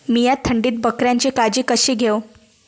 मीया थंडीत बकऱ्यांची काळजी कशी घेव?